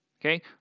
okay